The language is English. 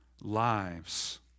lives